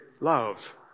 love